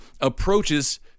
approaches